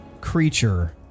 creature